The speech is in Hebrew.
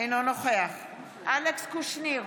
אינו נוכח אלכס קושניר,